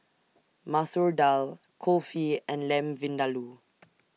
Masoor Dal Kulfi and Lamb Vindaloo